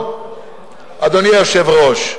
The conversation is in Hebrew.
אדוני היושב-ראש.